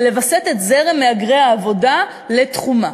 ולווסת את זרם מהגרי העבודה לתחומה.